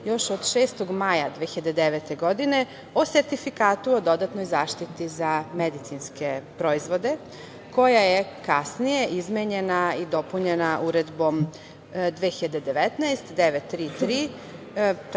još od 6. maja 2009. godine o sertifikatu o dodatnoj zaštiti za medicinske proizvode, koja je kasnije izmenjena i dopunjena Uredbom 2019/933,